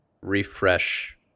refresh